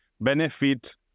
benefit